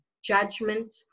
judgment